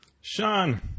Sean